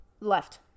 left